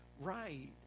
right